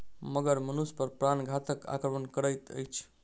मगर मनुष पर प्राणघातक आक्रमण करैत अछि